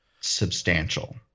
substantial